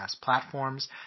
platforms